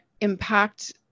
impact